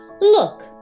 Look